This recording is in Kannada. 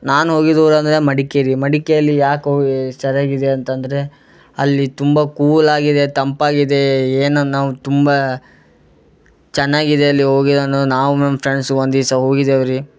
ನಾನು ಹೋಗಿದ್ದ ಊರು ಅಂದರೆ ಮಡಿಕೇರಿ ಮಡಿಕೇರಿ ಯಾಕೆ ಓ ಸರಿಯಾಗಿದೆ ಅಂತಂದರೆ ಅಲ್ಲಿ ತುಂಬ ಕೂಲಾಗಿದೆ ತಂಪಾಗಿದೆ ಏನು ನಾವು ತುಂಬ ಚೆನ್ನಾಗಿದೆ ಅಲ್ಲಿ ಹೋಗಿ ನಾನು ನಾವು ನಮ್ಮ ಫ್ರೆಂಡ್ಸು ಒಂದು ದಿವಸ ಹೋಗಿದ್ದೇವೆ ರೀ